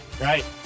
Right